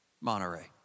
Monterey